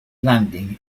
landing